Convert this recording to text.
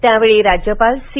यावेळी राज्यपाल सी